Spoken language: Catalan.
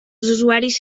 usuaris